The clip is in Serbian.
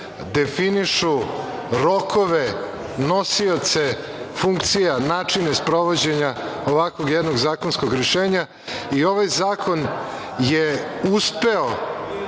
definišu rokove, nosioce funkcija, načine sprovođenja ovakvog jednog zakonskog rešenja i ovaj zakon je uspeo